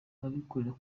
abikorera